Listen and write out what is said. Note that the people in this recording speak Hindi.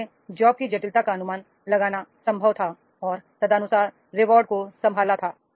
इसलिए जॉब की जटिलता का अनुमान लगाना संभव था और तदनुसार रिवॉर्ड को संभाला था